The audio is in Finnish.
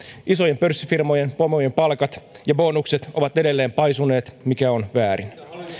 isojen pörssifirmojen pomojen palkat ja bonukset ovat edelleen paisuneet mikä on väärin